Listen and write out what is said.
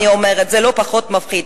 אני אומר שזה לא פחות מפחיד.